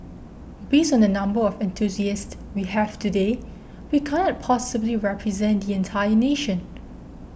based on the number of enthusiasts we have today we can't possibly represent the entire nation